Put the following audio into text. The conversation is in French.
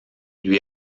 lui